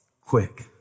quick